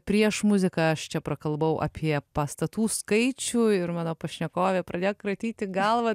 prieš muziką aš čia prakalbau apie pastatų skaičių ir mano pašnekovė pradėjo kratyti galvą